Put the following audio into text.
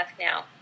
now